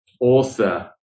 author